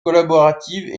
collaborative